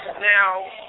Now